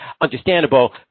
understandable